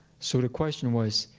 sort of question was,